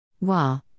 Wa